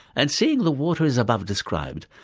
and seeing the water as above described,